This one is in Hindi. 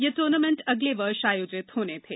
ये टूर्नामेंट अगले वर्ष आयोजित होने थे